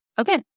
Okay